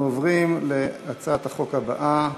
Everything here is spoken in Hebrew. אנחנו עוברים להצעת החוק הבאה: